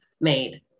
made